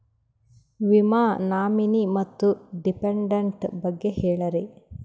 ವಿಮಾ ನಾಮಿನಿ ಮತ್ತು ಡಿಪೆಂಡಂಟ ಬಗ್ಗೆ ಹೇಳರಿ?